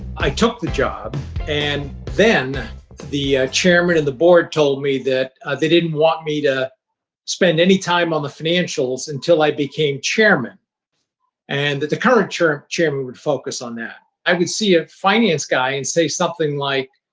i took the job and then the chairman and the board told me that they didn't want me to spend any time on the financials until i became chairman and that the current chairman would focus on that. i would see a finance guy and say something like,